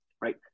right